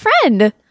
friend